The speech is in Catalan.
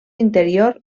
interior